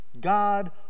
God